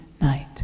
night